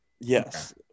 Yes